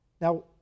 Now